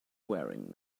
wearing